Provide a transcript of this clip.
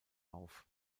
auf